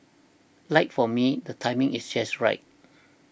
like for me the timing is just right